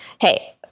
Hey